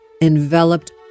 enveloped